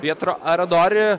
pietro aradori